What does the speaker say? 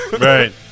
Right